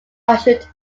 ushered